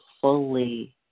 fully